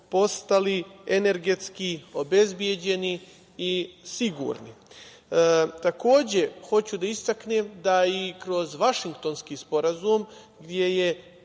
postali energetski obezbeđeni i sigurni. Takođe, hoću da istaknem da i kroz Vašingtonski sporazum, gde je